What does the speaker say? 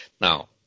Now